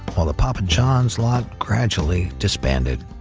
while the papa john's lot gradually disbanded.